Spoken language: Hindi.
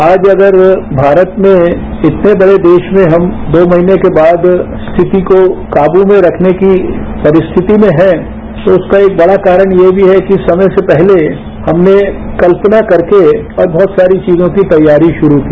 आप अगर भारत में इतने बड़े देश में हम दो मेहीने के बाद स्थिति को काबू में रखने की परिशिति में हैं तो उसका एक बड़ा कारण यह भी है कि समय से पहले हमने कल्पना करके और बहुत सारी चीजों की तैयारी शुरू की